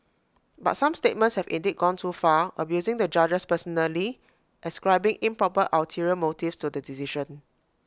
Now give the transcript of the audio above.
but some statements have indeed gone too far abusing the judges personally ascribing improper ulterior motives to the decision